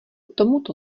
tomuto